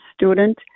student